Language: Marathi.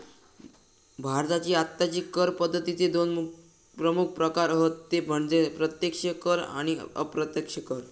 भारताची आत्ताची कर पद्दतीचे दोन प्रमुख प्रकार हत ते म्हणजे प्रत्यक्ष कर आणि अप्रत्यक्ष कर